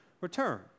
return